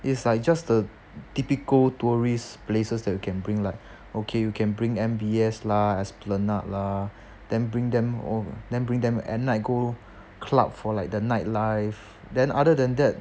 it's like just a typical tourist places that you can bring like okay you can bring M_B_S lah esplanade lah then bring them o~ then bring them at night go club for like the nightlife then other than that